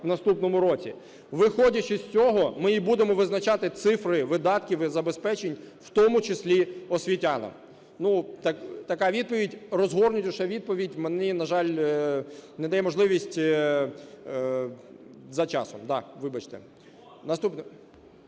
в наступному році. Виходячи з цього, ми і будемо визначати цифри видатків і забезпечень, в тому числі освітянам. Така відповідь. Розгорнутішу відповідь мені, на жаль, не дає можливість за часом,